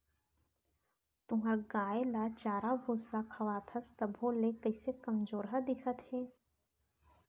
तुंहर गाय ल चारा भूसा खवाथस तभो ले कइसे कमजोरहा दिखत हे?